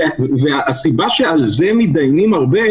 הסיבה שעל זה מתדיינים הרבה,